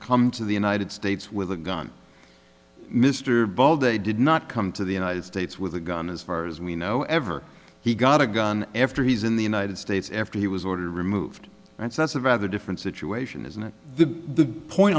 come to the united states with a gun mr ball they did not come to the united states with a gun as far as we know ever he got a gun after he's in the united states after he was ordered removed and that's a rather different situation isn't the point